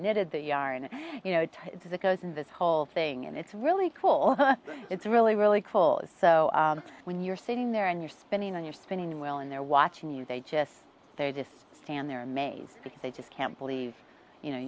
knitted the yarn you know that goes in this whole thing and it's really cool it's really really cool is so when you're sitting there and you're spinning and you're spinning well and they're watching you they just they just stand there amazed because they just can't believe you know